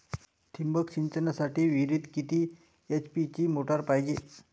ठिबक सिंचनासाठी विहिरीत किती एच.पी ची मोटार पायजे?